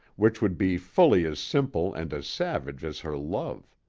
which would be fully as simple and as savage as her love.